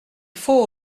faut